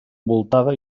envoltada